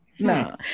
No